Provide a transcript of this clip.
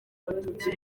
abatutsi